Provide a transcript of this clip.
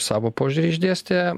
savo požiūrį išdėstė